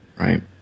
right